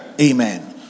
Amen